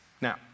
now